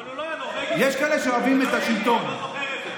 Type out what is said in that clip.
אבל הוא לא היה נורבגי, הוא לא זוכר את זה.